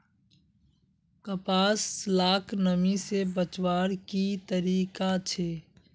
कपास लाक नमी से बचवार की तरीका छे?